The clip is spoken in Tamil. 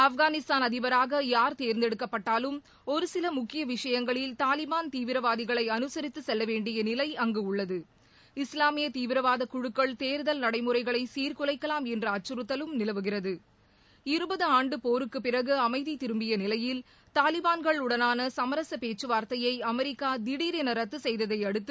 ஆப்கானிஸ்தான் அதிபராக யார் தேர்ந்தெடுக்கப்பட்டாலும் ஒரு சில முக்கிய விஷயங்களில் தாலிபான் தீவிரவாதிகளை அனுசரித்து செல்ல வேண்டிய நிலை அங்கு உள்ளது இஸ்லாமிய தீவிரவாத குழுக்கள் தேர்தல் நடைமுறைகளை சீர்குலைக்கலாம் என்ற அச்சுறுத்தலும் நிலவுகிறது இருபது ஆண்டு போருக்கு பிறகு அமைதி திரும்பிய நிலையில் தாலிபான்களுடனான சமரச பேச்சுவார்த்தையை அமெரிக்கா திடர் என ரத்து செய்ததை அடுத்து